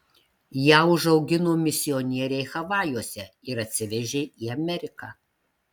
ją užaugino misionieriai havajuose ir atsivežė į ameriką